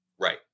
Right